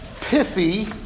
pithy